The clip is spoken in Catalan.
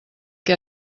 què